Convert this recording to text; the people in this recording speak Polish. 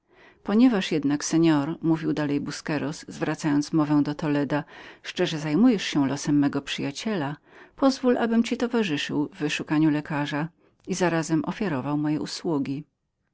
ponieważ ednakjednak seor mówił dalej busqueros zwracając mowę do toleda szczerze zajmujesz się losem mego przyjaciela pozwól abym ci towarzyszył w wyszukaniu lekarza i zarazem ofiarował moje usługi